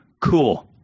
Cool